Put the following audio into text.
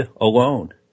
alone